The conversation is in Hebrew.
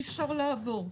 אי אפשר לעבור.